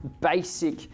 basic